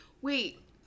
Wait